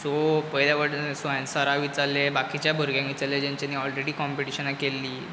so पयल्या फावटी हांवे सराक विचारलें बाकिच्या भुरग्यांक विचारलें जेंच्यानी ऑलरेडी काँपिटिशनां केल्लीं